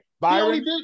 Byron